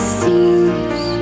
seems